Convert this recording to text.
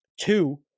two